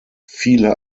viele